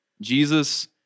Jesus